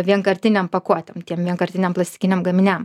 vienkartinėm pakuotėm tiem vienkartiniam plastikiniam gaminiam